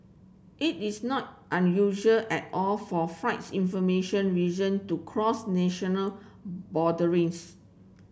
it is not unusual at all for flights information region to cross national boundaries